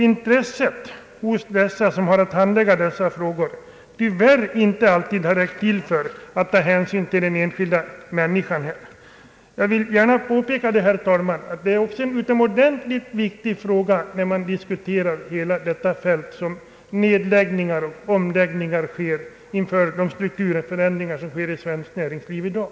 Intresset hos dem som har att handlägga dessa frågor har tyvärr inte alltid räckt till för att ta hänsyn till dessa människors situation. Jag vill, herr talman, påpeka att allt detta är utomordentligt viktiga frågor, som måste beaktas när man diskuterar frågor som har samband med nedläggningar och omläggningar på grund av strukturförändringarna i svenskt näringsliv i dag.